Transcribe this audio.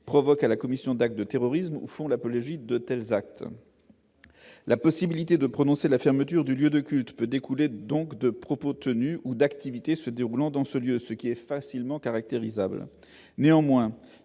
provoqua la commission d'actes de terrorisme, au fond, la police de tels actes, la possibilité de prononcer la fermeture du lieu de culte peut découler donc de propos tenus ou d'activités se déroulant dans ce lieu, ce qui est facilement caractérise able néanmoins,